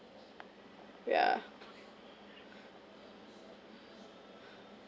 yeah